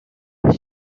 was